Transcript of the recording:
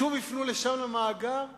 שוב יפנו ישר למאגר הזה?